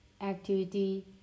Activity